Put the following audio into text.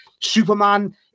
Superman